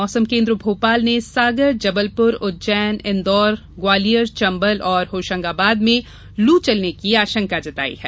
मौसम केन्द्र भोपाल ने सागर जबलपुर उज्जैन इन्दौर ग्वालियर चंबल और होशंगाबाद में लू चलने की आशंका जताई है